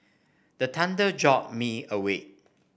the thunder jolt me awake